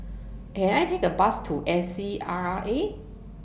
Can I Take A Bus to A C R A